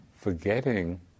forgetting